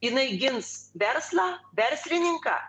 jinai gins verslą verslininką